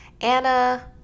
anna